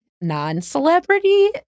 non-celebrity